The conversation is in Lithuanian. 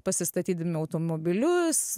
pasistatydami automobilius